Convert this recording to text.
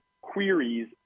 queries